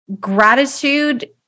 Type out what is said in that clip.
gratitude